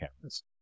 cameras